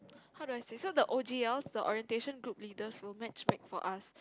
how do I say so the o_g_l the orientation group leaders will match make for us